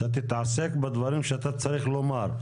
אתה תתעסק בדברים שאתה צריך לומר,